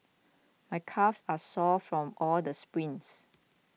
my calves are sore from all the sprints